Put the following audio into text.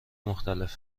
مختلف